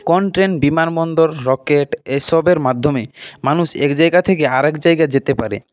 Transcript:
কোনো ট্রেন বিমানবন্দর রকেট এসবের মাধ্যমে মানুষ এক জায়গা থেকে আরেক জায়গায় যেতে পারে